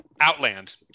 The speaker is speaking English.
Outland